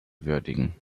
würdigen